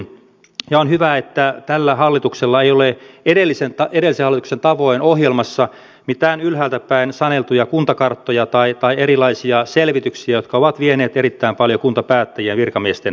on hyvä että tällä hallituksella ei ole edellisen hallituksen tavoin ohjelmassa mitään ylhäältä päin saneltuja kuntakarttoja tai erilaisia selvityksiä jotka ovat vieneet erittäin paljon kuntapäättäjien ja virkamiesten voimia